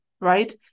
right